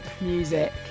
music